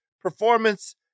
performance